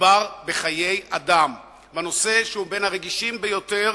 מדובר בחיי אדם, בנושא שהוא בין הרגישים ביותר